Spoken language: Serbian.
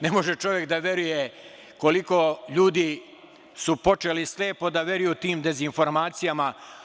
Ne može čovek da veruje koliko su ljudi počeli slepo da veruju tim dezinformacijama.